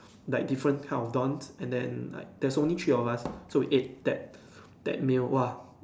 like different kinds of dons and then like there's only three of us so we ate that that meal !wah!